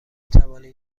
توانید